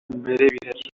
imbere